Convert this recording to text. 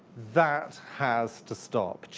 that has to stop.